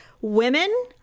women